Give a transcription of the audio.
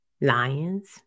lions